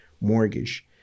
mortgage